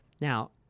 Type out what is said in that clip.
Now